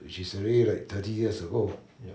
which is already like thirty years ago